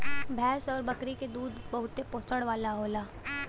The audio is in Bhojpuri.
भैंस आउर बकरी के दूध बहुते पोषण वाला होला